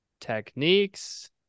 techniques